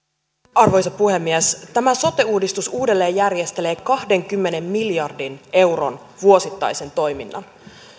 arvoisa puhemies tämä sote uudistus uudelleenjärjestelee kahdenkymmenen miljardin euron vuosittaisen toiminnan